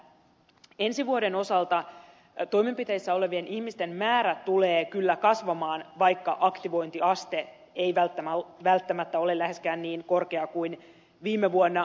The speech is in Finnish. ensi vuoden osalta toimenpiteissä olevien ihmisten määrä tulee kyllä kasvamaan vaikka aktivointiaste ei välttämättä ole läheskään niin korkea kuin viime vuonna